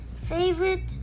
favorite